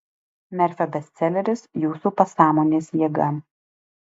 merfio bestseleris jūsų pasąmonės jėga